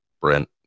Brent